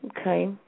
Okay